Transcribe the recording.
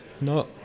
no